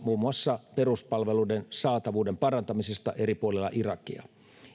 muun muassa peruspalveluiden saatavuuden parantamisesta eri puolilla irakia